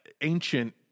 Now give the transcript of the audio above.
ancient